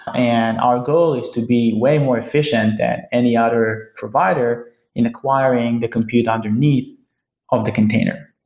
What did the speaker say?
and our goal is to be way more efficient at any other provider in acquiring the compute underneath of the container.